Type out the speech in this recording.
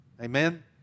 Amen